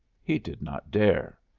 he did not dare.